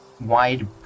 wide